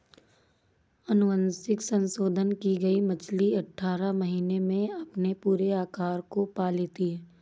अनुवांशिक संशोधन की गई मछली अठारह महीने में अपने पूरे आकार को पा लेती है